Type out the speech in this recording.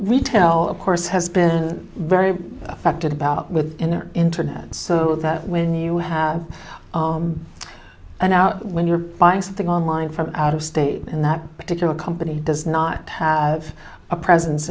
we tell of course has been very affected about with in the internet so that when you have an hour when you are buying something online from out of state and that particular company does not have a presence